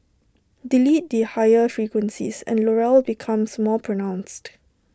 delete the higher frequencies and Laurel becomes more pronounced